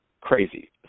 crazy